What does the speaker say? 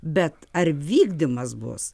bet ar vykdymas bus